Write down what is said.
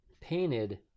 painted